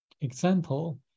example